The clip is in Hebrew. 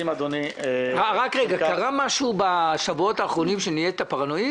רק רגע קרה משהו בשבועות האחרונים שנהיית פרנואיד?